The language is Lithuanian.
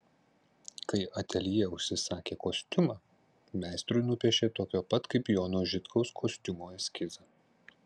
kai ateljė užsisakė kostiumą meistrui nupiešė tokio pat kaip jono žitkaus kostiumo eskizą